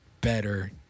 better